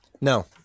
No